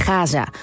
Gaza